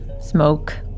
smoke